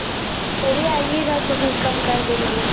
अच्छा चलिए आइएगा तो कुछ कम कर देंगे